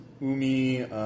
Umi